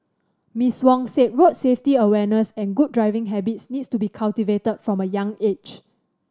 Miss Wong said road safety awareness and good driving habits need to be cultivated from a young age